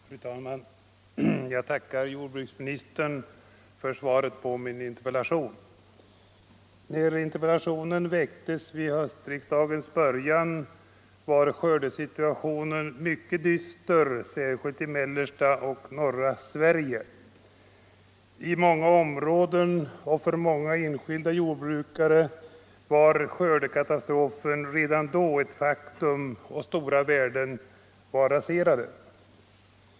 Fru talman! Jag tackar jordbruksministern för svaret på min interpellation. När interpellationen väcktes vid höstriksdagens början var skördesituationen mycket dyster, särskilt i mellersta och norra Sverige. I flera områden och för många enskilda jordbrukare var skördekatastrofen redan då ett faktum och stora värden raserade.